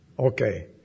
Okay